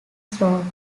slope